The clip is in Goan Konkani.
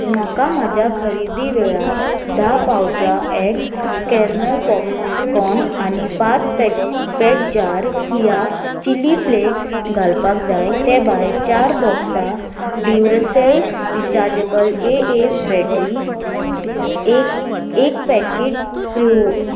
म्हाका म्हज्या खरेदी वेळार धा पाउचां एक्ट कॅरमेल पॉपकॉर्न आनी पांच पॅक पॅक जार किया चिली फ्लेक्स घालपाक जाय ते भायर चार बॉक्सां Duracell rechargeable A A battery एक एक पॅकीट प्र्यू